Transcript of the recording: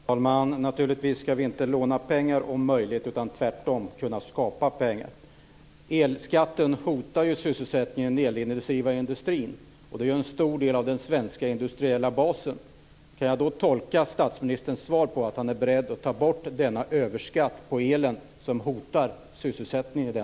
Fru talman! Vi skall naturligtvis inte låna pengar om det är möjligt att låta bli. Vi skall tvärtom skapa pengar. Elskatten hotar sysselsättningen i den elintensiva industrin. Den är en stor del av den svenska industriella basen. Kan jag tolka statsministerns svar som att han är beredd att ta bort denna överbeskattning av elen, som hotar sysselsättningen?